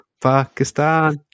Pakistan